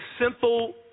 simple